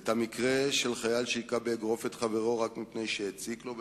את המקרה של חייל שהכה באגרוף את חברו רק מפני ש"הציק" לו,